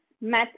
met